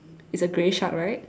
it's a grey shark right